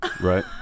right